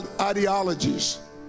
ideologies